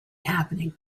happening